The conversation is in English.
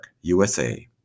USA